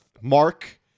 Mark